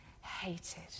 hated